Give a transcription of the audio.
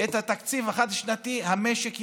את התקציב החד-שנתי המשק יקרוס,